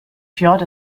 fjord